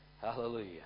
Hallelujah